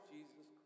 Jesus